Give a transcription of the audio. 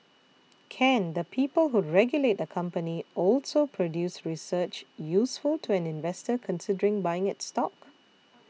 Can the people who regulate a company also produce research useful to an investor considering buying its stock